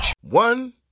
One